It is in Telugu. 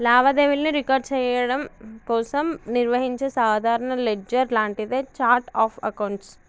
లావాదేవీలను రికార్డ్ చెయ్యడం కోసం నిర్వహించే సాధారణ లెడ్జర్ లాంటిదే ఛార్ట్ ఆఫ్ అకౌంట్స్